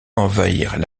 envahirent